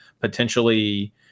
potentially